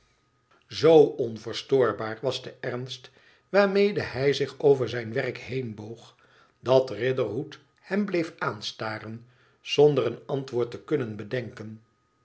z onverstoorbaar was de ernst waarmede hij zich over zijn werk heenboog dat riderhood hem bleef aanstaren zonder een antwoord te kunnen bedenken